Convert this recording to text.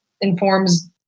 informs